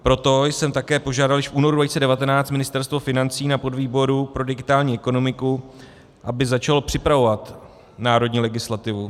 Proto jsem taky požádal již v únoru 2019 Ministerstvo financí na podvýboru pro digitální ekonomiku, aby začalo připravovat národní legislativu.